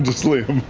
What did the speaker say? just liam.